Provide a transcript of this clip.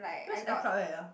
where's F-club at ah